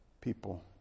people